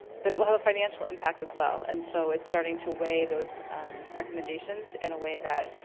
but it will have a financial impact as well, and so it's starting to weigh those recommendations in a way that